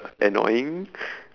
annoying